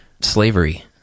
Slavery